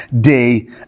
day